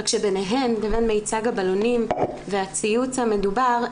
אלא שביניהן מיצג הבלונים והציוץ המדובר,